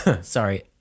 Sorry